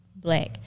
black